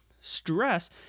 Stress